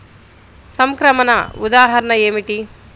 సంక్రమణ ఉదాహరణ ఏమిటి?